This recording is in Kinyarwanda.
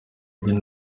ibyo